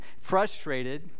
frustrated